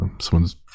Someone's